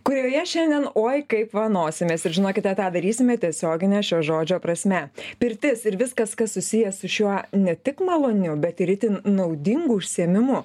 kujioje šiandien oi kaip vanosimės ir žinokite ką darysime tiesiogine šio žodžio prasme pirtis ir viskas kas susiję su šiuo ne tik maloniu bet ir itin naudingu užsiėmimu